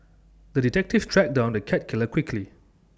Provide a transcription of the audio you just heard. the detective tracked down the cat killer quickly